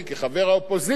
מציע את החוק הזה.